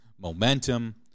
momentum –